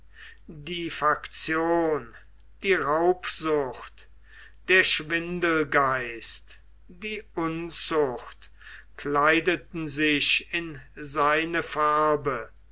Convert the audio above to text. die faktion die raubsucht der schwindelgeist die unzucht kleideten sich in seine farbe